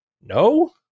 no